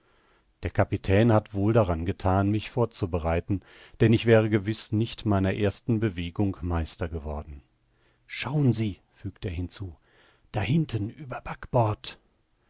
der kapitän hat wohl daran gethan mich vorzubereiten denn ich wäre gewiß nicht meiner ersten bewegung meister geworden schauen sie fügt er hinzu da hinten über backbord